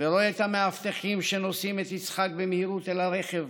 ורואה את המאבטחים שנושאים את יצחק במהירות אל הרכב,